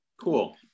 Cool